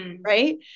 Right